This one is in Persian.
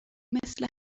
مثل